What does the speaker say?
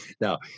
now